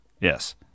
Yes